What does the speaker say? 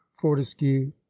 fortescue